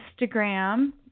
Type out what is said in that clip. Instagram